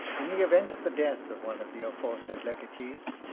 in the event of the death of one of the aforesaid legatees,